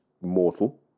mortal